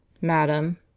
Madam